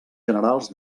generals